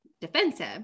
defensive